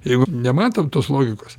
jeigu nematom tos logikos